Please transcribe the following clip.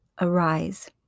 Arise